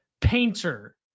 Painter